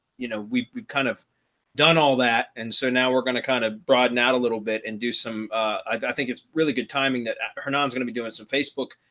you know, we've we've kind of done all that. and so now we're going to kind of broaden out a little bit and do some, i think it's really good timing that are don's gonna be doing some facebook,